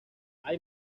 hay